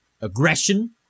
aggression